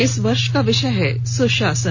इस वर्ष का विषय है सुशासन